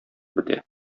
бетә